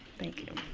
thank you.